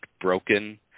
broken